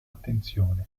attenzione